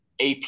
AP